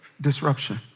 Disruption